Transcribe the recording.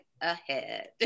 Ahead